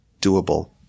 doable